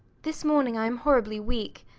this morning i am horribly weak.